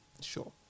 Sure